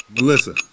Melissa